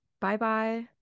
bye-bye